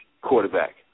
quarterback